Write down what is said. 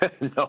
No